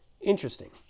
Interesting